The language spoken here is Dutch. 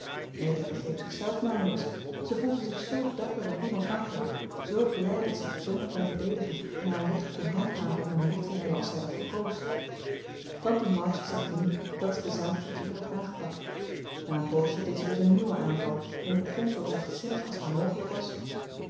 meta begreep zichzelf nauwelijks ze voelde zich zoo dapper en onafhankelijk zoo blij dat ze john kon verdedigen en haar recht kon handhaven om hem lief te hebben als zij dat verkoos tante march zag in dat ze de zaak verkeerd had aangepakt na een poosje deed ze dus een nieuwen aanval en begon zoo zachtzinnig als haar mogelijk was